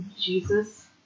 Jesus